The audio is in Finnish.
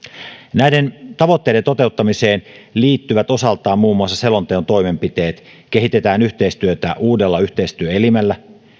näiden tavoitteiden toteuttamiseen liittyvät osaltaan muun muassa selonteon toimenpiteet kehitetään yhteistyötä uudella yhteistyöelimellä